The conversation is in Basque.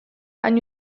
hain